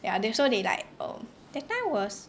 ya the~ so they like um that time was